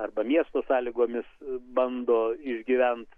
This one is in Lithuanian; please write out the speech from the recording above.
arba miesto sąlygomis bando išgyvent